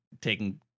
taking